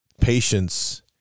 patience